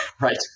Right